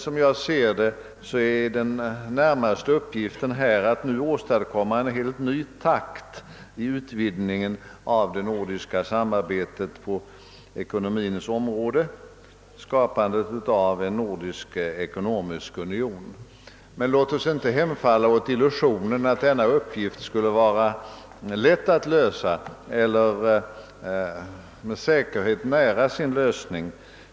Som jag ser det är den närmaste uppgiften här att söka åstadkomma en helt ny takt i utvidgningen av det nordiska samarbetet på ekonomins område, skapandet av en nordisk ekonomisk union. Låt oss dock inte hemfalla åt illusionen att denna uppgift skulle vara lätt att lösa eller med säkerhet nära sin lösning.